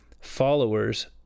followers